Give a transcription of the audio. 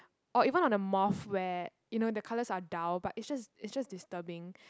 or even on the moth where you know the colors are dull but its just its just disturbing